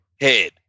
head